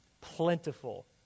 plentiful